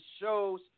shows